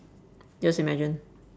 just imagine